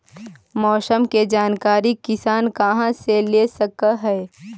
मौसम के जानकारी किसान कहा से ले सकै है?